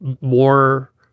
more